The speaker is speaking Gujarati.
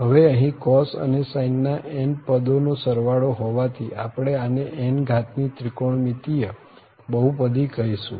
હવે અહીં cos અને sine ના n પદો નો સરવાળો હોવાથી આપણે આને n ઘાતની ત્રિકોણમિતિય બહુપદી કહીશું